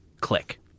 click